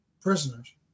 prisoners